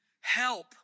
help